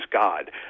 God